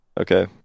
Okay